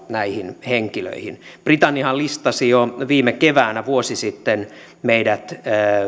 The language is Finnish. näihin henkilöihin britanniahan listasi jo viime keväänä vuosi sitten meidät